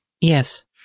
Yes